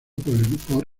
por